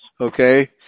Okay